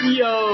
yo